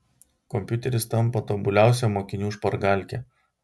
kompiuteris tampa tobuliausia mokinių špargalke